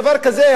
דבר כזה,